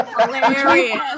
Hilarious